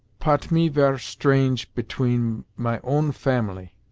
pot me vere strange petween my own family.